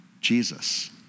Jesus